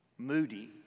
Moody